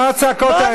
מה הצעקות האלה?